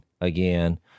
again